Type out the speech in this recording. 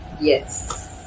Yes